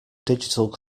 digital